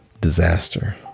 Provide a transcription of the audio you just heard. disaster